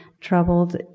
troubled